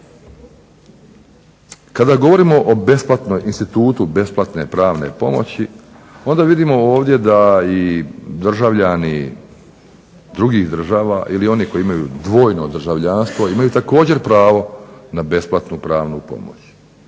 Kada govorimo o besplatnoj, institutu besplatne pravne pomoći onda vidimo ovdje da i državljani drugih država ili oni koji imaju dvojno državljanstvo imaju također pravo na besplatnu pravnu pomoć.